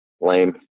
lame